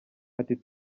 ati